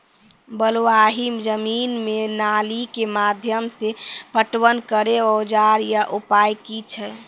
बलूआही जमीन मे नाली के माध्यम से पटवन करै औजार या उपाय की छै?